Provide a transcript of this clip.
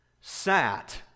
sat